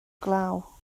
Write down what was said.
glaw